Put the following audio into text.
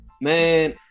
man